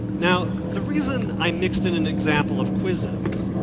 now the reason i mixed in an example of quizzes,